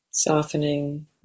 softening